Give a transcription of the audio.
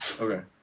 Okay